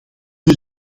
wil